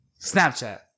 Snapchat